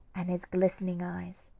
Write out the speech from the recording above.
and his glistening eyes.